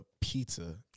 pizza